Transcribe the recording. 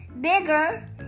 bigger